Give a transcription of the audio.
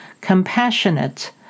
compassionate